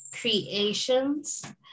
creations